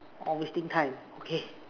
orh wasting time okay